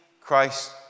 Christ